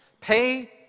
Pay